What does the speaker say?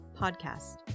podcast